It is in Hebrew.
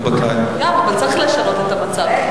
בטח,